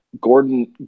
Gordon